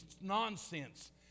nonsense